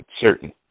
certain